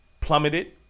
plummeted